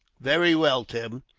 very well, tim.